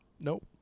Nope